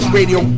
Radio